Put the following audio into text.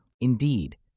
Indeed